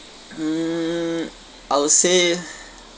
mm I would say